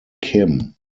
kim